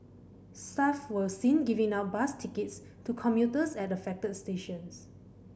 staff were seen giving out bus tickets to commuters at affected stations